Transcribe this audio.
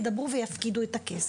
ידברו ויפקידו את הכסף.